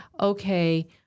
okay